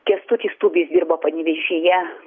kęstutis tubis dirbo panevėžyje